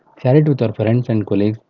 share it with your friends and colleagues,